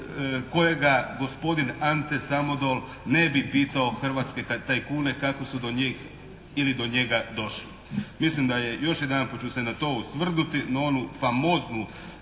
kojega gospodin Ante Samodol ne bi pitao hrvatske tajkune kako su do njih ili do njega došli. Mislim da je, još jedanput ću se na to osvrnuti, na onu famoznu